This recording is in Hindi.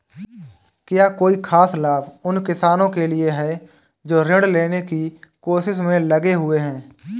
क्या कोई खास लाभ उन किसानों के लिए हैं जो ऋृण लेने की कोशिश में लगे हुए हैं?